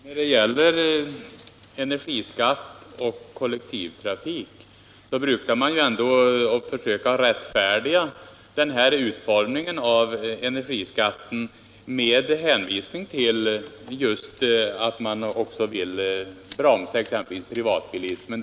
Herr talman! När det gäller skatt och kollektivtrafik vill jag säga att man har sökt rättfärdiga den här utformningen av skatten på bilismen just med att man vill bromsa privatbilismen.